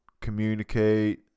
communicate